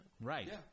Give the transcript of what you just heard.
Right